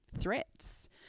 threats